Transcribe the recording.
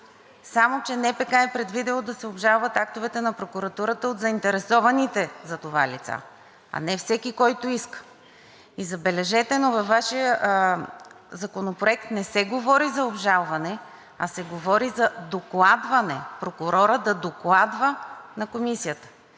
Само че НПК е предвидило да се обжалват актовете на прокуратурата от заинтересованите за това лица, а не всеки, който иска. И, забележете, но във Вашия законопроект не се говори за обжалване, а се говори за докладване – прокурорът да докладва на Комисията.